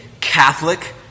Catholic